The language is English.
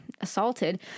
assaulted